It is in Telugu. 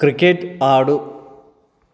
క్రికెట్ ఆడు